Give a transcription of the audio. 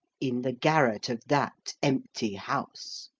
in the garret of that empty house.